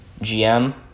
GM